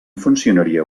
funcionaria